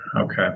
Okay